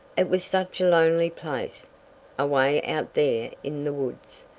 it was such a lonely place away out there in the woods,